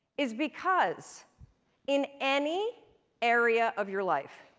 is because in any area of your life